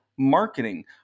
marketing